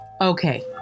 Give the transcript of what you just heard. Okay